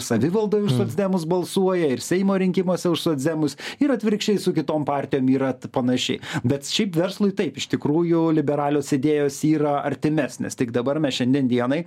savivaldoj už socdemus balsuoja ir seimo rinkimuose už socdemus ir atvirkščiai su kitom partijom yra panaši bet šiaip verslui taip iš tikrųjų liberalios idėjos yra artimesnės tik dabar šiandien dienai